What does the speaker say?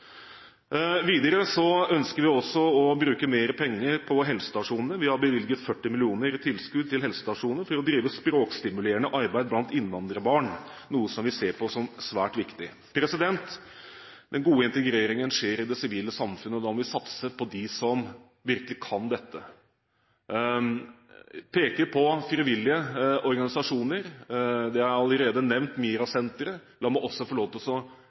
også. Videre ønsker vi å bruke mer penger på helsestasjoner. Vi har bevilget 40 mill. kr i tilskudd til helsestasjoner for å drive språkstimulerende arbeid blant innvandrerbarn, noe vi ser på som svært viktig. Den gode integreringen skjer i det sivile samfunn, og da må vi satse på dem som virkelig kan dette. Jeg peker på frivillige organisasjoner. MiRA-senteret er allerede nevnt. La meg også få lov til å